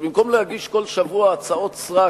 שבמקום להגיש כל שבוע הצעות סרק,